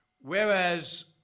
Whereas